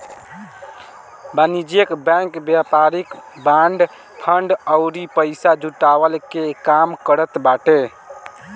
वाणिज्यिक बैंक व्यापारिक bond, fund अउरी पईसा जुटवला के काम करत बाटे